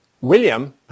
William